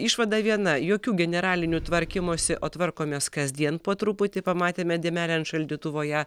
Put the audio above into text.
išvada viena jokių generalinių tvarkymosi o tvarkomės kasdien po truputį pamatėme dėmelę ant šaldytuvo ją